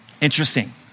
Interesting